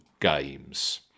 games